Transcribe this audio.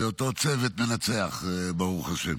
זה אותו צוות מנצח, ברוך השם.